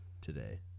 today